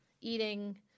eating